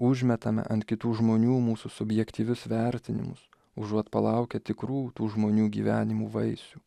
užmetame ant kitų žmonių mūsų subjektyvius vertinimus užuot palaukę tikrų tų žmonių gyvenimų vaisių